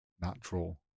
natural